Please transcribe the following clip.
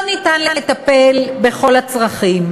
לא ניתן לטפל בכל הצרכים,